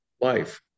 life